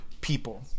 people